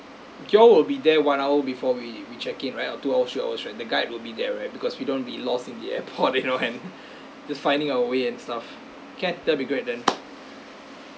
y'all will be there one hour before we we check in right or two hours three hours right the guide will be there right because we don't want be lost in the airport you know and just finding our way and stuff can that'll be great then